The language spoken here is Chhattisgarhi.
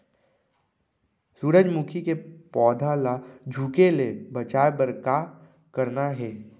सूरजमुखी के पौधा ला झुके ले बचाए बर का करना हे?